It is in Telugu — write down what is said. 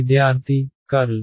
విద్యార్థి కర్ల్